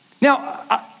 Now